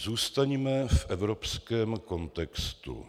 Zůstaňme v evropském kontextu.